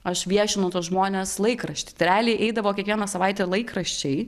aš viešinau tuos žmones laikrašty tai realiai eidavo kiekvieną savaitę laikraščiai